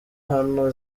hano